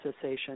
cessation